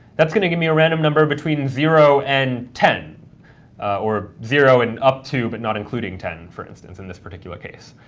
that's going to give me a random number between zero and ten or zero and up to, to, but not including ten, for instance, in this particular case.